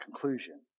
conclusion